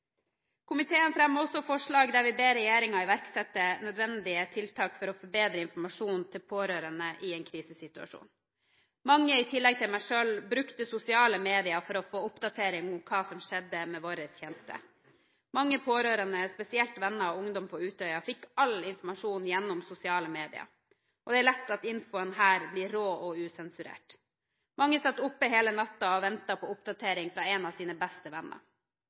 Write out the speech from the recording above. Komiteen fremmer også forslag der vi ber regjeringen iverksette nødvendige tiltak for å forbedre informasjonen til pårørende i en krisesituasjon. Mange i tillegg til meg selv brukte sosiale medier for å få oppdateringer om hva som skjedde med våre kjente. Mange pårørende, spesielt venner av ungdom på Utøya, fikk all informasjon gjennom sosiale medier. Det er lett at infoen her blir rå og usensurert. Mange satt oppe hele natten og ventet på oppdatering fra en av sine beste venner.